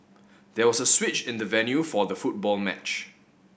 there was a switch in the venue for the football match